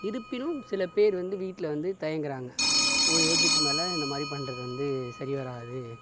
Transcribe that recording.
இருப்பினும் சில பேர் வந்து வீட்டில் வந்து தயங்கறாங்க ஒரு ஏஜிக்கு மேல் இந்தமாதிரி பண்றது வந்து சரி வராது